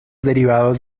derivados